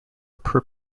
per